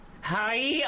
Hi